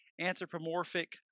anthropomorphic